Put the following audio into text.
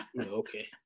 Okay